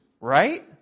right